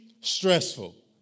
stressful